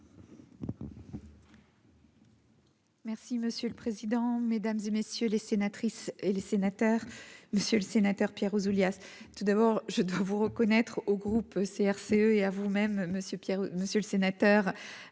Merci monsieur le président, Mesdames et messieurs les sénatrices et les sénateurs, monsieur le sénateur Pierre Ouzoulias tout d'abord, je dois vous reconnaître au groupe CRCE et à vous-même, monsieur Pierre,